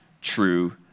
true